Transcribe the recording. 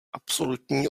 absolutní